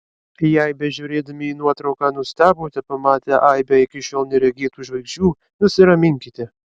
jei bežiūrėdami į nuotrauką nustebote pamatę aibę iki šiol neregėtų žvaigždžių nusiraminkite